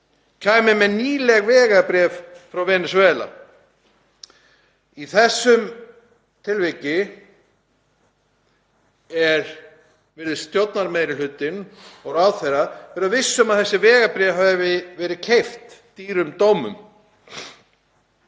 kæmi með nýleg vegabréf frá Venesúela. Í þessu tilviki virðist stjórnarmeirihlutinn og ráðherra vera viss um að þessi vegabréf hafi verið keypt dýrum dómum.